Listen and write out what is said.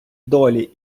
долі